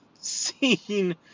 scene